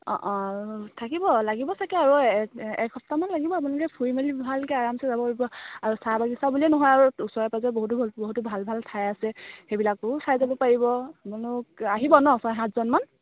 অঁ অঁ থাকিব লাগিব চাগৈ আৰু এক সপ্তাহমান লাগিব আপোনালোকে ফুৰি মেলি ভালকৈ আৰামছে যাব পাৰিব আৰু চাহ বাগিচা বুলিয়েই নহয় আৰু ওচৰে পাজৰে বহুতো ভুল বহুতো ভাল ভাল ঠাই আছে সেইবিলাককো চাই যাব পাৰিব আপোনালোক আহিব ন ছয় সাতজনমান